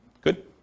Good